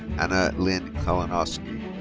hannah lin klonowski.